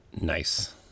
Nice